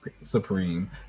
Supreme